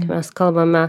mes kalbame